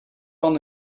van